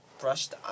brushed